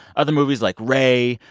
other movies like ray,